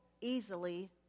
easily